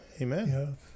amen